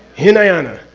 hinayana.